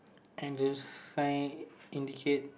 and the sign indicate